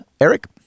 Eric